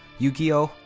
yu-gi-oh!